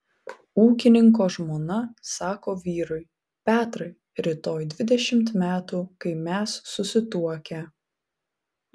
ūkininko žmona sako vyrui petrai rytoj dvidešimt metų kai mes susituokę